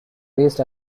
least